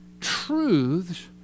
truths